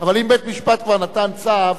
אבל אם בית-המשפט כבר נתן צו,